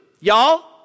y'all